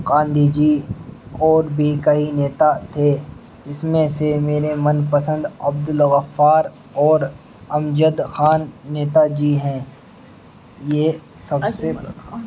گاندھی جی اور بھی کئی نیتا تھے اس میں سے میرے من پسند عبد الغفار اور امجد خان نیتا جی ہیں یہ سب سے